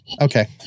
Okay